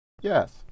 Yes